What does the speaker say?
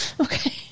Okay